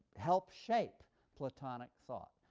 help shape platonic thought.